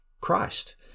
Christ